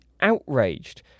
outraged